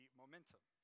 momentum